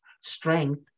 strength